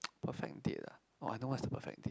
perfect date ah oh I know what's the perfect date